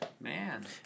Man